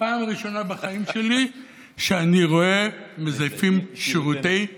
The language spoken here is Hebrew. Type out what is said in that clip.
פעם ראשונה בחיים שלי שאני רואה מזייפים שירותי נכים.